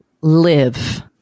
live